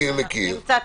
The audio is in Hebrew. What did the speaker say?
מקבלת.